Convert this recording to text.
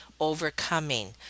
overcoming